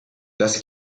das